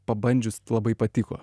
pabandžius labai patiko